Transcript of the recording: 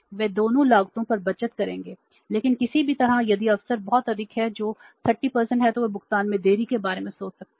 वे दोनों लागतों पर बचत करेंगे लेकिन किसी भी तरह यदि अवसर बहुत अधिक है जो 30 है तो वे भुगतान में देरी के बारे में सोच सकते हैं